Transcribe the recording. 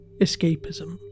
escapism